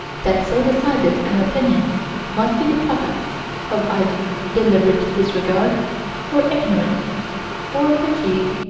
that so decided an opinion must be the product of either deliberate disregard or ignorance or fatigue.